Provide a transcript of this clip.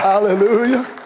Hallelujah